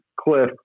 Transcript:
Cliff